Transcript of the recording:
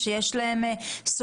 שבוחנת את